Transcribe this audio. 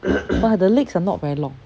but the legs are not very long